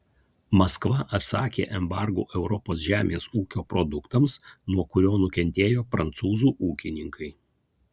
maskva atsakė embargu europos žemės ūkio produktams nuo kurio nukentėjo prancūzų ūkininkai